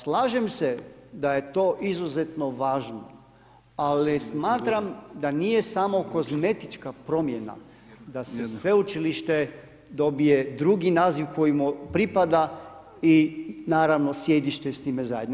Slažem se da je to izuzetno važno, ali smatram da nije samo kozmetička promjena, da se sveučilište dobije drugi naziv koji mu pripada i naravno sjedište s time zajedno.